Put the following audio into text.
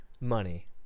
Money